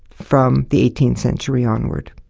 from the eighteenth century onwards,